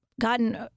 Gotten